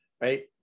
right